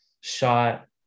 shot